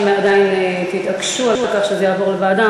אם עדיין תתעקשו על כך שזה יעבור לוועדה,